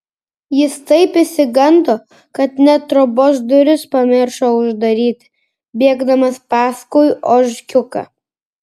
jis taip išsigando kad net trobos duris pamiršo uždaryti bėgdamas paskui ožkiuką